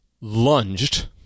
lunged